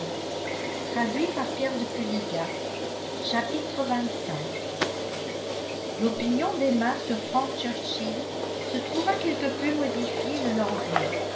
l'opinion d'emma sur frank churchill se trouva quelque peu modifiée le lendemain